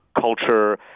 culture